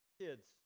Kids